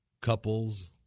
couples